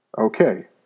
Okay